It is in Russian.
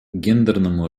гендерному